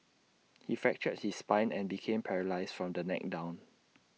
he fractured his spine and became paralysed from the neck down